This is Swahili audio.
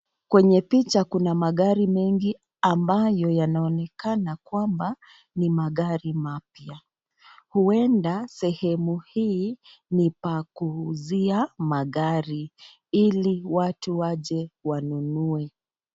Kwenye picha kuna magari mengi amayo yanaonekana kwamba ni magari mapya. Uenda sehemu hii ni pa kuuzia magari ili watu waje wanunue.